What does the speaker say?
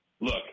look